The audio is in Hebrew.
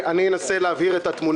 המטרה של הדיון כאן היא אחרת לגמרי.